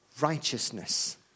righteousness